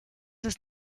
ist